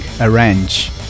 Arrange